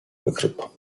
wykryto